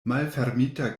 malfermita